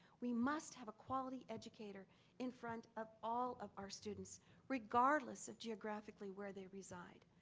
we must have a quality educator in front of all of our students, regardless of geographically where they reside.